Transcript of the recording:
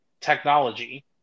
technology